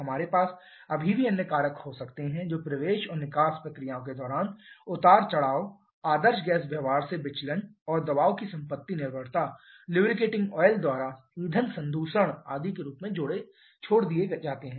हमारे पास अभी भी अन्य कारक हो सकते हैं जो प्रवेश और निकास प्रक्रियाओं के दौरान उतार चढ़ाव आदर्श गैस व्यवहार से विचलन और दबाव की संपत्ति निर्भरता लिब्रेटिंग ऑयल द्वारा ईंधन संदूषण आदि के रूप में छोड़ दिए जाते हैं